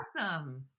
awesome